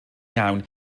iawn